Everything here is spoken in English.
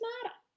smarter